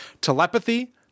Telepathy